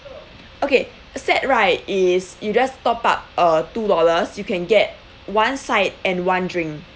okay set right is you just top up a two dollars you can get one side and one drink